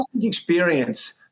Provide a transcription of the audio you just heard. experience